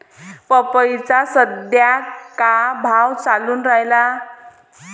पपईचा सद्या का भाव चालून रायला?